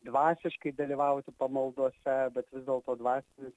dvasiškai dalyvauti pamaldose bet vis dėlto dvasinis